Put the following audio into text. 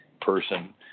person